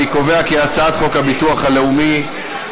אני קובע כי הצעת חוק הביטוח הלאומי (תיקון,